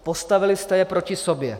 Postavili jste je proti sobě.